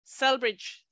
selbridge